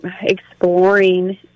exploring